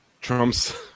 Trump's